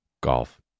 golf